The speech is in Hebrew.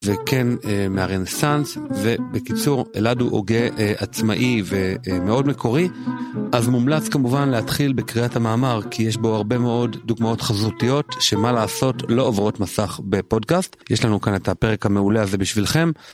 וכן מהרנסנס ובקיצור אלעד הוא הוגה עצמאי ומאוד מקורי אז מומלץ כמובן להתחיל בקריאת המאמר כי יש בו הרבה מאוד דוגמאות חזותיות, שמה לעשות, לא עוברות מסך בפודקאסט יש לנו כאן את הפרק המעולה הזה בשבילכם.